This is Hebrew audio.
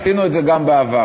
עשינו את זה גם בעבר.